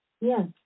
Yes